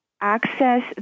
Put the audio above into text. access